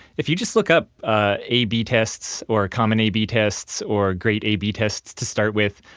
if you just look up ah a b tests or common a b tests or great a b tests to start with,